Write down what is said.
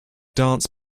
dance